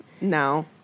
No